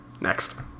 Next